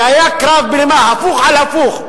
זה היה קרב בלימה הפוך על הפוך.